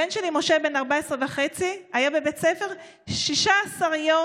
הבן שלי משה, בן 14 וחצי, היה בבית ספר 16 יום